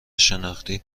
شناختی